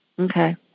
Okay